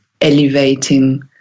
elevating